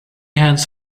hands